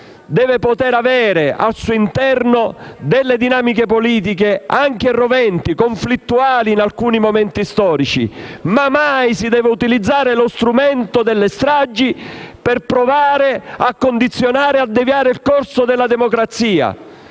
deve poter avere al suo interno delle dinamiche politiche anche roventi e conflittuali in alcuni momenti storici. Mai però si deve utilizzare lo strumento delle stragi per provare a condizionare e deviare il corso della democrazia.